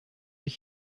ich